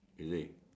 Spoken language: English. is it